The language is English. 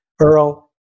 Earl